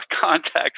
contact